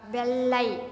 வெள்ளை